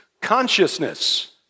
consciousness